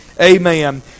amen